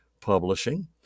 Publishing